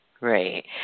Right